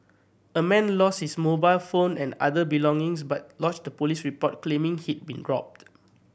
a man lost his mobile phone and other belongings but lodged a police report claiming he'd been robbed